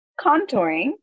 contouring